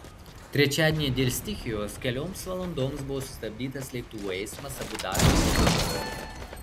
trečiadienį dėl stichijos kelioms valandoms buvo sustabdytas lėktuvų eismas abu dabio oro uoste